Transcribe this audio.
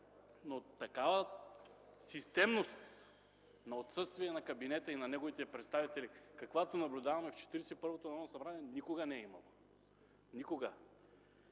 Но такава системност на отсъствие на кабинета и на неговите представители, каквато наблюдаваме в Четиридесет и първото Народното събрание, никога не е имало. Никога!